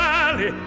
Valley